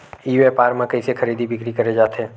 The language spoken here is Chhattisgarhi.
ई व्यापार म कइसे खरीदी बिक्री करे जाथे?